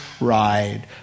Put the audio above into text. ride